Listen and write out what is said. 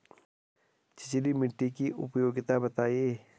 छिछली मिट्टी की उपयोगिता बतायें?